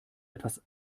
etwas